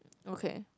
okay